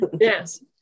yes